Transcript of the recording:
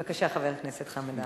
בבקשה, חבר הכנסת חמד עמאר.